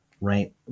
right